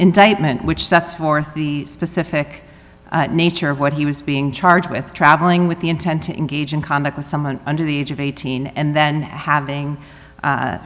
indictment which sets forth the specific nature of what he was being charged with traveling with the intent to engage in conduct with someone under the age of eighteen and then having